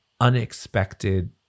unexpected